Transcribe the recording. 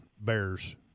bears